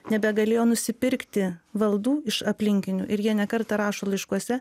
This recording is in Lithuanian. nebegalėjo nusipirkti valdų iš aplinkinių ir jie ne kartą rašo laiškuose